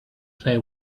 play